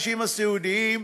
הקשישים הסיעודיים,